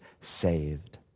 saved